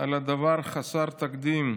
על הדבר חסר התקדים,